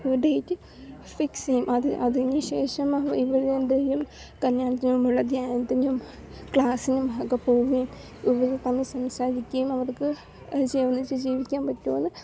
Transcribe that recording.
date fix ചെയ്യും അത് അതിനു ശേഷം ഇവർ രണ്ടുപേരും കല്യാണത്തിനുള്ള ധ്യാനത്തിനും ക്ലാസ്സിനും ഒക്കെ പോവുകയും ഇവർ തമ്മിൽ സംസാരിക്കുകയും അവർക്ക് ഒന്നിച്ച് ജീവിക്കാൻ പറ്റുമോ എന്ന്